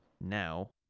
Now